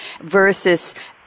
versus